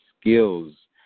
skills